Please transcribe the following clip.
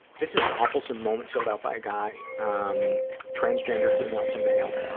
this is an awfulsome moment filled out by a guy, um transgender female to male,